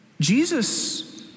Jesus